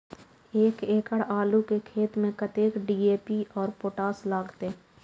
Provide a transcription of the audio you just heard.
एक एकड़ आलू के खेत में कतेक डी.ए.पी और पोटाश लागते?